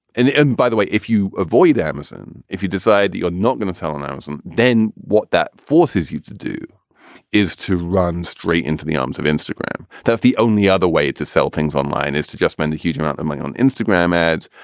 and and by the way, if you avoid amazon, if you decide that you're not going to sell an amazon, then what that forces you to do is to run straight into the arms of instagram. that's the only other way to sell things online is to just spend a huge amount of money on instagram ads,